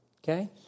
Okay